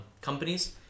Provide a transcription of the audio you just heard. companies